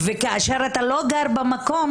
כאשר אתה לא גר במקום,